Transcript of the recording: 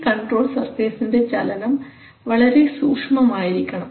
ഈ കൺട്രോൾ സർഫേസ്ൻറെ ചലനം വളരെ സൂക്ഷ്മമായിരിക്കണം